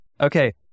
Okay